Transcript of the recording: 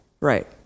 Right